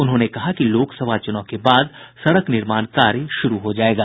उन्होंने कहा कि लोकसभा चुनाव के बाद सड़क निर्माण कार्य शुरू हो जायेगा